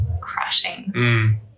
crushing